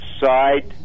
side